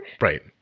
Right